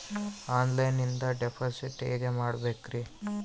ಆನ್ಲೈನಿಂದ ಡಿಪಾಸಿಟ್ ಹೇಗೆ ಮಾಡಬೇಕ್ರಿ?